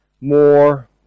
More